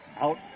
Out